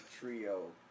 trio